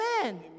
Amen